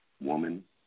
woman